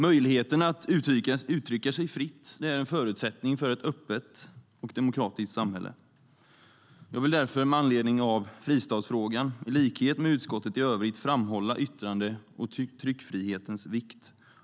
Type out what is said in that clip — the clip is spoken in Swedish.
Möjligheten att uttrycka sig fritt är en förutsättning för ett öppet och demokratiskt samhälle. Jag vill därför med anledning av fristadsfrågan, i likhet med utskottet i övrigt, framhålla yttrande och tryckfrihetens vikt.